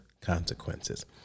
consequences